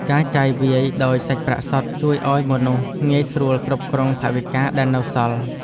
ការចាយវាយដោយសាច់ប្រាក់សុទ្ធ ជួយឱ្យមនុស្សងាយស្រួលគ្រប់គ្រងថវិកាដែលនៅសល់។